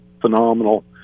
phenomenal